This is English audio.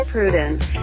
Prudence